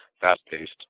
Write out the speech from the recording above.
fast-paced